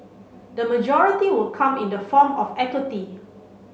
the majority will come in the form of equity